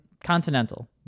continental